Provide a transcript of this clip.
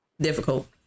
difficult